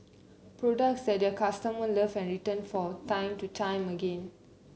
products that their customer love and return for time to time again